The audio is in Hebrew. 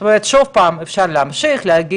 זאת אומרת, עוד פעם, אפשר להמשיך ולהגיד